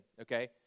okay